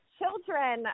children